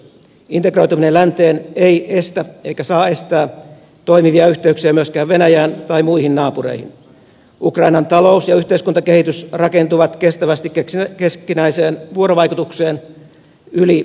integroituminen länteen ei estä eikä saa estää toimivia yhteyksiä myöskään venäjään tai muihin naapureihin ukrainan talous ja yhteiskuntakehitys rakentuvat kestävästi keskinäiseen vuorovaikutukseen yli blokkirajojen